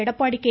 Edappadi K